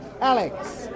Alex